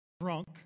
drunk